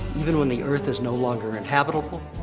even when the earth is no longer inhabitable,